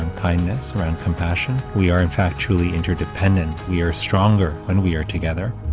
kindness, around compassion. we are in fact, truly interdependent. we are stronger when we are together.